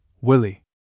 Willie